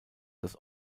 das